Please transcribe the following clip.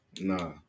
Nah